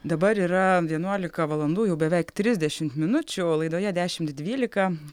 dabar yra vienuolika valandų jau beveik trisdešimt minučių o laidoje dešimt dvylika